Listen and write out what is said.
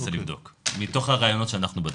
מתוך הראיונות שאנחנו בדקנו.